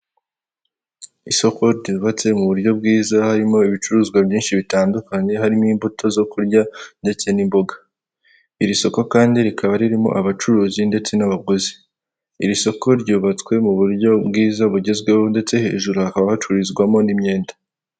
Isoko ryubatse mu buryo bwiza harimo ibicuruzwa byinshi bitandukanye, harimo imbuto zo kurya ndetse n'imboga, iri soko kandi rikaba ririmo abacuruzi ndetse n'abaguzi, iri soko ryubatswe mu buryo bwiza bugezweho, ndetse hejuru hakaba hacururizwamo n'imyenda.